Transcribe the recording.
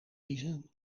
kiezen